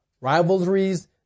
rivalries